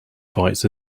fights